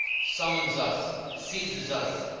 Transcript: summons us, seizes us,